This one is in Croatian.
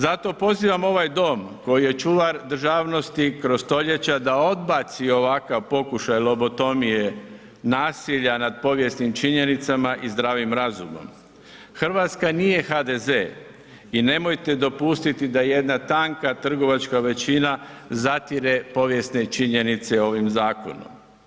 Zato pozivam ovaj dom koji je čuvar državnosti kroz stoljeća da odbaci ovakav pokušaj lobotomije, nasilja nad povijesnim činjenicama i zdravim razumom, RH nije HDZ i nemojte dopustiti da jedna tanka trgovačka većina zatire povijesne činjenice ovim zakonom.